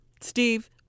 steve